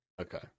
Okay